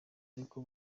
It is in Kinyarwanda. ariko